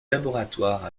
laboratoire